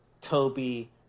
Toby